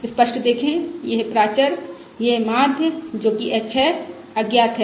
स्पष्ट देखें यह प्राचर यह माध्य जो कि h है अज्ञात है